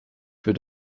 für